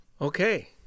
Okay